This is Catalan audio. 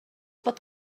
pot